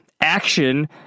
action